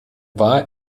wal